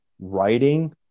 writing